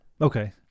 Okay